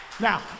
now